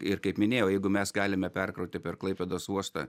ir kaip minėjau jeigu mes galime perkrauti per klaipėdos uostą